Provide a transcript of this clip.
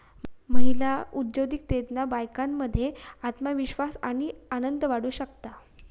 महिला उद्योजिकतेतना बायकांमध्ये आत्मविश्वास आणि आनंद वाढू शकता